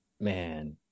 Man